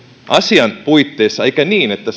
asian puitteissa eikä niin että